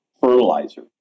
fertilizer